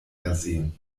versehen